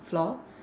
floor